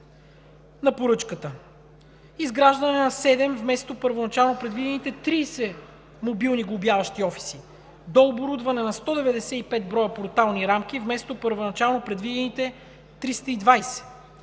на поръчката? Изграждане на седем вместо първоначално предвидените 30 мобилни глобяващи офиса, дооборудване на 195 броя портални рамки вместо първоначално предвидените 320.